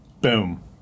Boom